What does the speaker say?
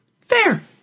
Fair